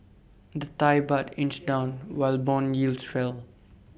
the Thai Baht inched down while Bond yields fell